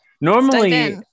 Normally